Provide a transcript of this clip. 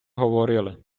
говорили